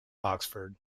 oxford